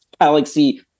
Galaxy